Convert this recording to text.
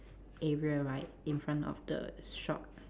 area right in front of the shop